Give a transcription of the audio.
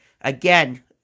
again